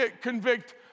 convict